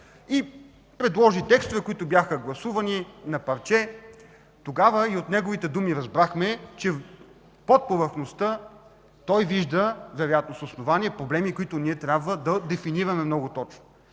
и предложи текстове, които бяха гласувани на парче, тогава от неговите думи разбрахме, че под повърхността той вижда, вероятно с основание, проблеми, които ние трябва да дефинираме много точно.